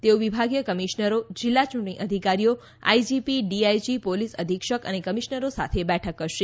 તેઓ વિભાગીય કમિશનરો જિલ્લા યૂંટણી અધિકારીઓ આઈજીપી ડીઆઈજી પોલીસ અધિક્ષક અને કમિશનરો સાથે બેઠક કરશે